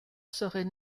serait